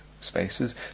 spaces